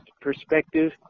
perspective